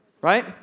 right